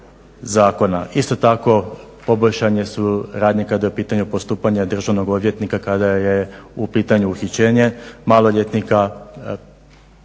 Isto tako poboljšane su radnje kada je u pitanju postupanje državnog odvjetnika, kada je u pitanju uhićenje maloljetnika,